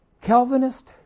Calvinist